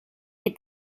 est